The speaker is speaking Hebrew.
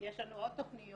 יש לנו עוד תכניות,